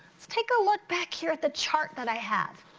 let's take a look back here at the chart that i have.